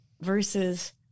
Versus